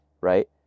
right